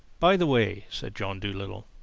by the way, said john dolittle,